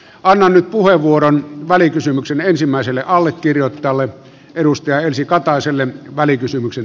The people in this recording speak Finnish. annan nyt puheenvuoron välikysymyksen ensimmäiselle allekirjoittajalle edustaja ensikataiselle välikysymyksen